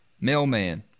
mailman